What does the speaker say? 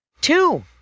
Two